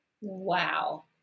Wow